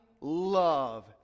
love